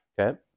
Okay